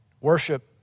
worship